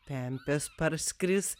pempės parskris